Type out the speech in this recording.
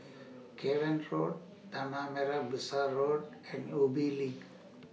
Cavan Road Tanah Merah Besar Road and Ubi LINK